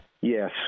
Yes